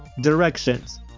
Directions